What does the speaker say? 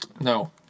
No